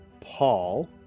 Paul